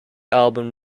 album